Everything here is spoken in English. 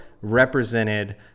represented